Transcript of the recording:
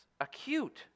Acute